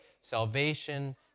salvation